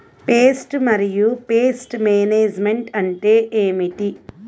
Pest మరియు pest management అంటే ఏమిటి?